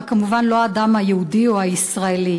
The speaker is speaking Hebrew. רק כמובן לא האדם היהודי או הישראלי,